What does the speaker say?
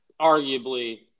arguably